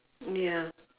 ya